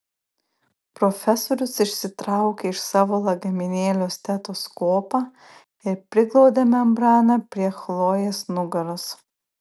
profesorius išsitraukė iš savo lagaminėlio stetoskopą ir priglaudė membraną prie chlojės nugaros